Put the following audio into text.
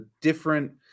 different